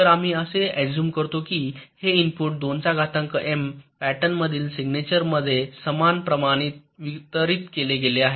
तर आम्ही असे अझूम करतो की हे इनपुट 2 चा घातांक एम पॅटर्न मधील सिग्नेचरमध्ये समान प्रमाणात वितरीत केले गेले आहे